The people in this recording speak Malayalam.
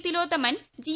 തിലോത്തമൻ ജി